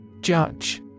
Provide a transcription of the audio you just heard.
Judge